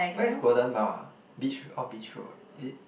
where's Golden-Mile ah beach road Beach Road is it